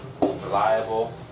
reliable